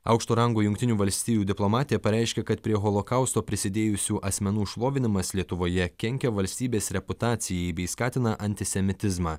aukšto rango jungtinių valstijų diplomatė pareiškė kad prie holokausto prisidėjusių asmenų šlovinimas lietuvoje kenkia valstybės reputacijai bei skatina antisemitizmą